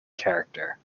character